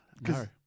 No